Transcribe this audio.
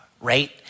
right